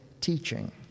teaching